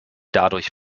dadurch